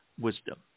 Wisdom